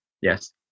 Yes